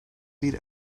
bir